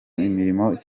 imirimo